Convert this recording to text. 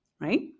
right